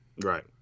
Right